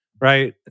Right